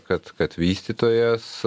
kad kad vystytojas